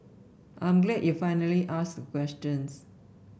I'm glad you finally asked questions